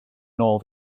nôl